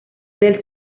del